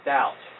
Doubt